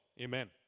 Amen